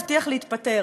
הוא הבטיח להתפטר.